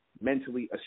mentally